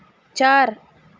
چار